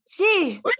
Jeez